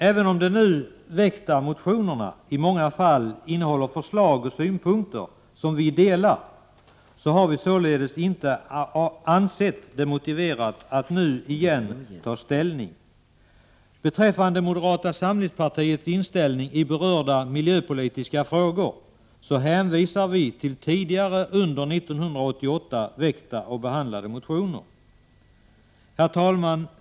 Även om de nu väckta motionerna i många fall innehåller » förslag och synpunkter som vi delar, har vi således inte ansett det motiverat att nu igen ta ställning. Beträffande moderata samlingspartiets inställning i berörda miljöpolitiska frågor hänvisar vi till tidigare under 1988 väckta och behandlade motioner. Herr talman!